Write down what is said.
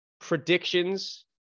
predictions